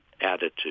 attitude